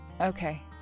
Okay